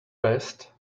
best